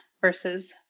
versus